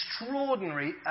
extraordinary